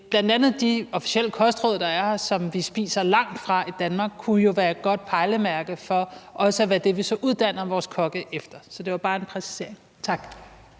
Bl.a. de officielle kostråd, der er, og som vi spiser langt fra i Danmark, kunne jo være et godt pejlemærke for også at være det, vi så uddanner vores kokke efter. Så det var bare en præcisering. Tak.